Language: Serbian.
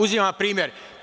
Uzimam primer.